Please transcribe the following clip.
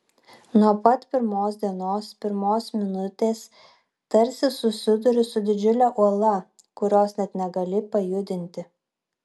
nuo pat pirmos dienos pirmos minutės tarsi susiduri su didžiule uola kurios net negali pajudinti